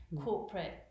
corporate